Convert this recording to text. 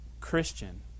Christian